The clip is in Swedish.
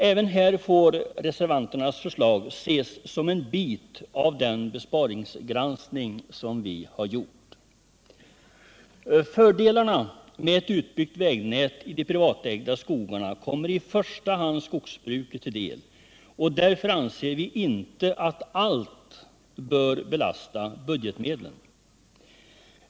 Även här får reservanternas förslag ses som en bit av den besparingsgranskning som vi har gjort. Fördelarna med ett utbyggt vägnät i de privatägda skogarna kommer i första hand skogsbruket till del, och därför anser vi inte att alla kostnader bör belasta budgetmedlen.